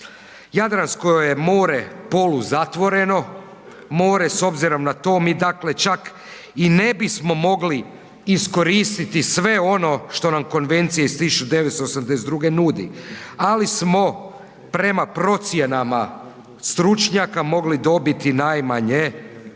Jadransko je more poluzatvoreno more s obzirom na to mi dakle čak i ne bismo mogli iskoristiti sve ono što nam Konvencija iz 1982. nudi, ali smo prema procjenama stručnjaka mogli dobiti najmanje,